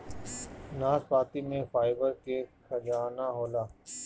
नाशपाती में फाइबर के खजाना होला